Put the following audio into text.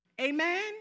Amen